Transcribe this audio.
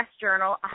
journal